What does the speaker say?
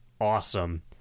awesome